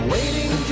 Waiting